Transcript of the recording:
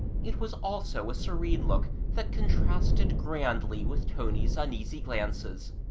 it was also a serene look that contrasted grandly with tony's uneasy glances.